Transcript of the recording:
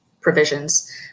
provisions